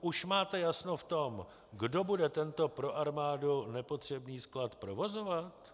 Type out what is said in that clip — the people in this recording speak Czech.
Už máte jasno v tom, kdo bude tento pro armádu nepotřebný sklad provozovat?